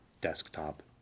desktop